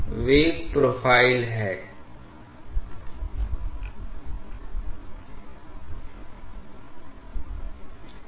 तो केवल घर्षण प्रतिरोध मौजूद होता है इस कारण लंबाई एकमात्र महत्वपूर्ण प्रतिरोध है क्योंकि प्रवाह की गति में धीमापन पर आने पर ही प्रवाह पृथक्करण होगा लेकिन अभिसरण अनुभाग में प्रवाह तेज होता है